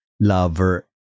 lover